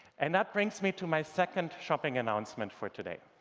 and that brings me to my second shopping announcement for today.